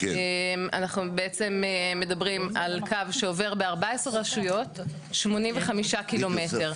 אנחנו בעצם מדברים על קו שעובר ב-14 רשויות 85 ק"מ,